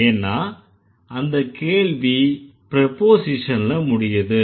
ஏன்னா அந்தக் கேள்வி ப்ரொபோஸிஷன்ல முடியுது